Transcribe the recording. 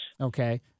Okay